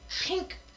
pink